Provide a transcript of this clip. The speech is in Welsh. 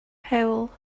hewl